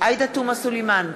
עאידה תומא סלימאן,